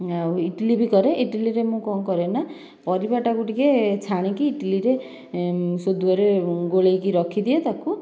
ଆଉ ଇଡ଼ଲି ବି ମୁଁ କରେ ଇଡ଼ଲିରେ ମୁଁ କଣ କରେ ନା ପରିବାଟାକୁ ଟିକେ ଛାଣିକି ଇଟିଲିରେ ସୁଦୂଅଂରେ ଗୋଳେଇକି ରଖିଦିଏ ତାକୁ